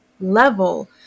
level